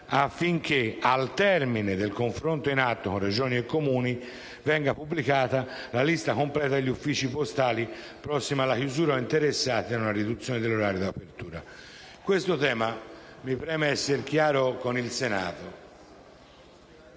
affinché, al termine del confronto in atto con Regioni e Comuni, venga pubblicata la lista completa degli uffici postali prossimi alla chiusura o interessati da una riduzione dell'orario di apertura». Su questo tema mi preme essere chiaro con il Senato.